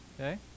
Okay